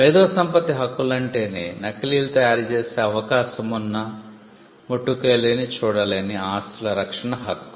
మేధో సంపత్తి హక్కులంటేనే నకిలీలు తయారు చేసే అవకాశమున్న ముట్టుకోలేనిచూడలేని ఆస్తుల రక్షణ హక్కు